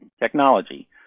technology